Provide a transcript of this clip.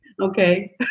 Okay